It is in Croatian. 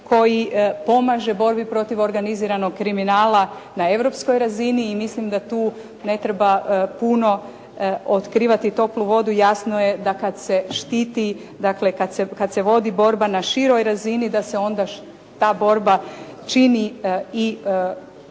koji pomaže borbi protiv organiziranog kriminala na europskoj razini i mislim da tu ne treba puno otkrivati toplu vodu. Jasno je da kad se štiti, dakle kad se vodi borba na široj razini da se onda ta borba čini i